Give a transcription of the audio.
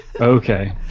Okay